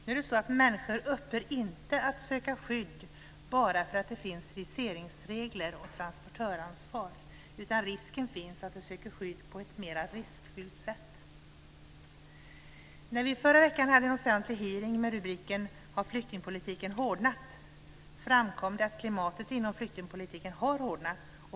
Nu är det så att människor inte upphör att söka skydd bara därför att det finns viseringsregler och transportörsansvar, utan risken finns att de söker skydd på ett mera riskfyllt sätt. När vi förra veckan hade en offentlig hearing med rubriken Har flyktingpolitiken hårdnat? framkom det att klimatet inom flyktingpolitiken har hårdnat.